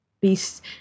beasts